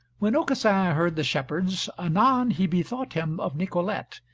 when aucassin heard the shepherds, anon he bethought him of nicolete,